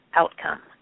outcome